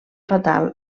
fatal